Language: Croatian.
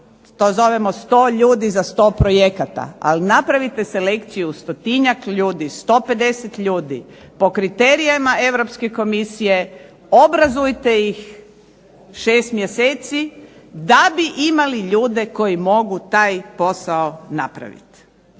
to zovemo 100 ljudi za 100 projekata, ali napravite selekciju 100-njak ljudi, 150 ljudi po kriterijima Europske komisije, obrazujte ih 6 mjeseci da bi imali ljude koji mogu taj posao napraviti.